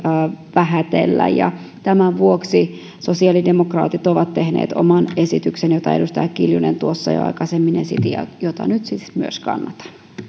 vähätellä ja tämän vuoksi sosiaalidemokraatit ovat tehneet oman esityksen jota edustaja kiljunen tuossa jo aikaisemmin esitti ja jota nyt siis kannatan